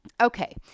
Okay